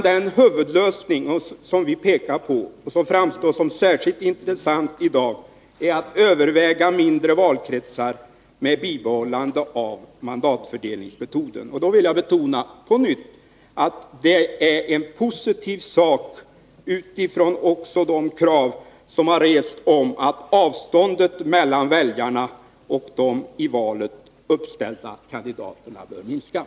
Den huvudlösning som vi pekar på, och som i dag framstår som särskilt intressant, är att man skall överväga mindre valkretsar med bibehållande av mandatfördelningsmetoden. Och jag vill på nytt betona att den lösningen är positiv även utifrån de krav som har rests på att avståndet mellan väljarna och de i valen uppställda kandidaterna bör minskas.